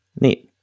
Neat